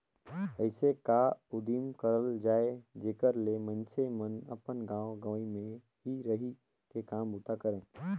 अइसे का उदिम करल जाए जेकर ले मइनसे मन अपन गाँव गंवई में ही रहि के काम बूता करें